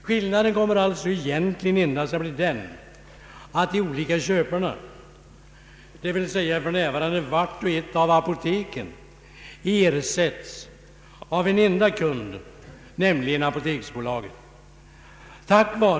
Skillnaden kommer egentligen endast att bli den att de olika köparna, d. v. s. för närvarande vart och ett av apoteken, ersätts av en enda kund, nämligen apoteksbolaget.